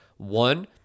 One